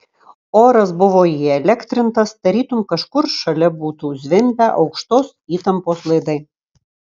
oras buvo įelektrintas tarytum kažkur šalia būtų zvimbę aukštos įtampos laidai